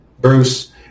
Bruce